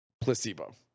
placebo